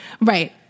Right